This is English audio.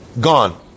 gone